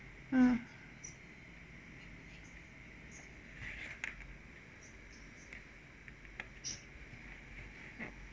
mm